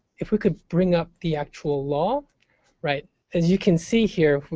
if we could bring up the actual law right as you can see here,